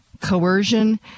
coercion